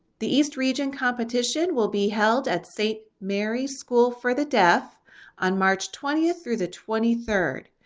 the east region competition will be held at saint mary's school for the deaf on march twentieth through the twenty third.